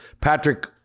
Patrick